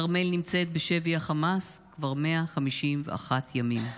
כרמל נמצאת בשבי חמאס כבר 151 ימים.